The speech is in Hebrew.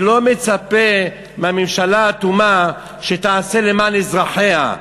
אני לא מצפה מהממשלה האטומה שתעשה למען אזרחיה,